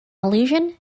illusion